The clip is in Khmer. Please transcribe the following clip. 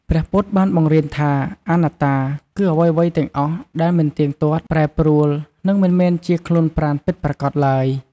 ព្រះពុទ្ធបានបង្រៀនថាអនត្តា គឺអ្វីៗទាំងអស់ដែលមិនទៀងទាត់ ប្រែប្រួល និងមិនមែនជាខ្លួនប្រាណពិតប្រាកដឡើយ។